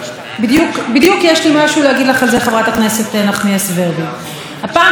הפעם ראש הממשלה מעביר באיחור שערורייתי סמכויות